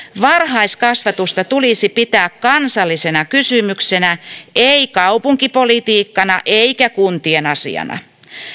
varhaiskasvatusta tulisi pitää kansallisena kysymyksenä ei kaupunkipolitiikkana eikä kuntien asiana